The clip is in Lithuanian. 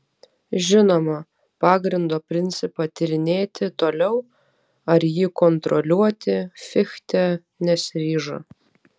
žinoma pagrindo principą tyrinėti toliau ar jį kontroliuoti fichte nesiryžo